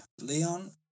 Leon